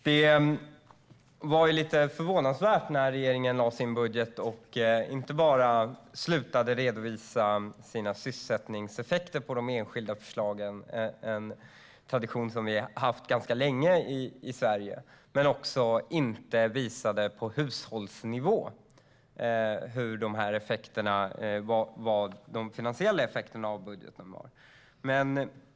Det var lite förvånansvärt när regeringen lade sin budget inte bara att den slutade redovisa sysselsättningseffekterna på de enskilda förslagen - en tradition som vi har haft ganska länge i Sverige - utan också att den inte visade de finansiella effekterna av budgeten på hushållsnivå.